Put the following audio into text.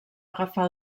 agafar